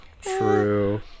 true